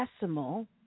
decimal